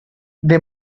they